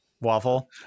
Waffle